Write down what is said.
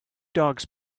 dogs